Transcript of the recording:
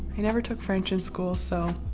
i never took french in school, so.